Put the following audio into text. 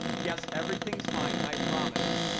yes, everything's fine. i promise.